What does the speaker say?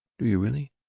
do you really?